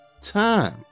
time